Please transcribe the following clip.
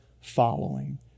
following